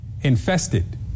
Infested